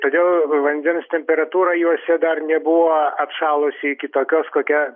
todėl vandens temperatūra juose dar nebuvo atšalusi iki tokios kokia